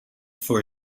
for